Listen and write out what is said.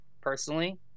personally